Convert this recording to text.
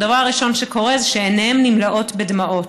הדבר הראשון שקורה זה שעיניהם נמלאות בדמעות.